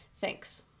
thanks